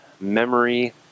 memory